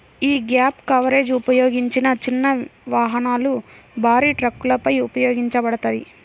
యీ gap coverage ఉపయోగించిన చిన్న వాహనాలు, భారీ ట్రక్కులపై ఉపయోగించబడతది